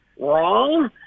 wrong